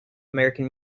american